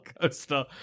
coaster